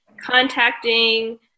contacting